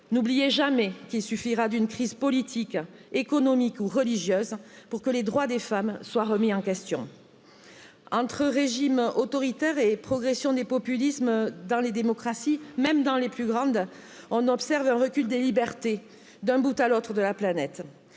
n'oubliez jamais qu'il suffira d'une crise politique économique ou religieuses pour que les droits des femmes soient remis en question. Entre régime autoritaire et progression des populismes dans les démocraties, même dans les plus grandes, on observe un recul des libertés d'un bout à l'autre de la planète